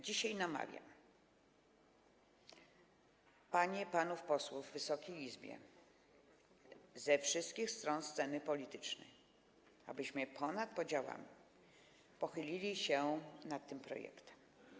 Dzisiaj namawiam panie i panów posłów w Wysokiej Izbie, przedstawicieli wszystkich stron sceny politycznej, abyśmy wspólnie, ponad podziałami pochylili się nad tym projektem.